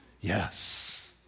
Yes